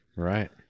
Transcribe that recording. Right